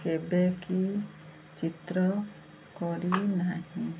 କେବେ କିି ଚିତ୍ର କରିନାହିଁ